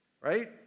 right